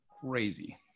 Crazy